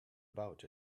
about